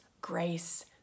grace